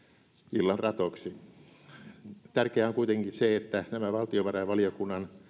illan ratoksi tärkeää on kuitenkin se että nämä valtiovarainvaliokunnan